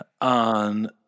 on